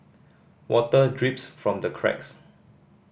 water drips from the cracks